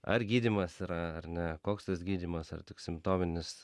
ar gydymas yra ar ne koks tas gydymas ar tik simptominis